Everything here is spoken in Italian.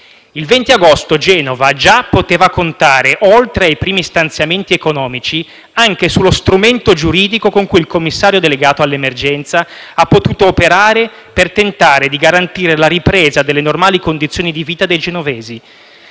Il 20 agosto Genova già poteva contare, oltre che sui primi stanziamenti economici, anche sullo strumento giuridico con cui il commissario delegato all’emergenza ha potuto operare per tentare di garantire la ripresa delle normali condizioni di vita dei genovesi.